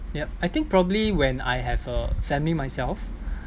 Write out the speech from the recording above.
yup I think probably when I have a family myself